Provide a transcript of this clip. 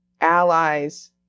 allies